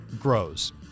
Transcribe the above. grows